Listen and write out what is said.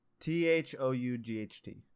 T-H-O-U-G-H-T